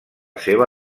seva